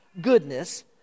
goodness